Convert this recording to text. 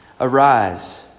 Arise